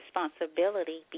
responsibility